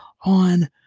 on